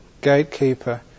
gatekeeper